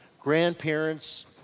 grandparents